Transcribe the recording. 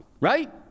right